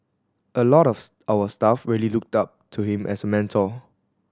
a lot of our staff really looked up to him as a mentor